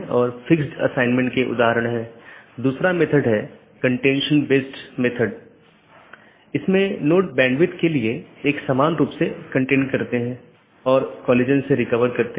एक पारगमन AS में मल्टी होम AS के समान 2 या अधिक ऑटॉनमस सिस्टम का कनेक्शन होता है लेकिन यह स्थानीय और पारगमन ट्रैफिक दोनों को वहन करता है